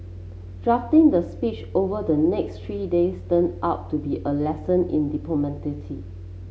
drafting the speech over the next three days turned out to be a lesson in